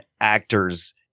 actors